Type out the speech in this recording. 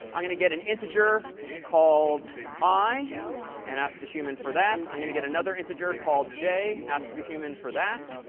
i'm going to get an integer called i and ask the human for that. i'm going to get another integer called j, ask the human for that.